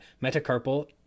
metacarpal